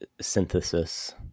synthesis